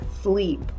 sleep